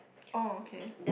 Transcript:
oh okay